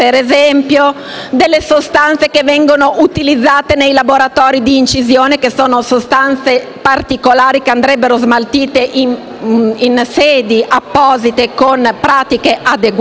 delle sostanze che vengono utilizzate nei laboratori di incisione, che sono particolari e dovrebbero essere smaltite in sedi apposite, con pratiche adeguate;